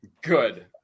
Good